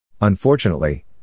Unfortunately